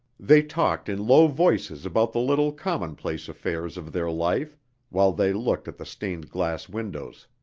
they talked in low voices about the little common-place affairs of their life while they looked at the stained-glass windows.